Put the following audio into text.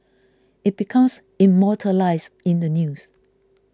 it becomes immortalised in the news